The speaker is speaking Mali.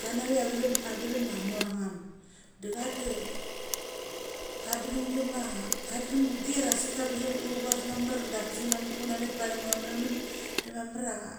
Kanave chia avechem ma mor ngam de ka derem kama chuger utu gas mamar. Dak angebes. Una met pathem ava mathaman de mamar